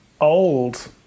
old